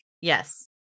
Yes